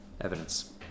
Evidence